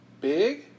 Big